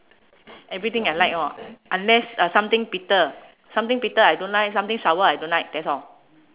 everything I like orh unless uh something bitter something bitter I don't like something sour I don't like that's all